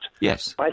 Yes